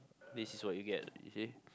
this is what you get you see